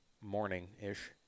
morning-ish